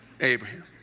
Abraham